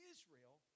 Israel